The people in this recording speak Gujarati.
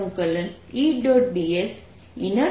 તો E